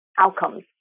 outcomes